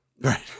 Right